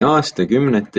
aastakümnete